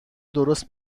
درست